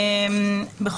מה